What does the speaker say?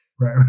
right